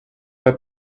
are